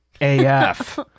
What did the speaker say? AF